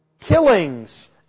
killings